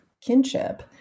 kinship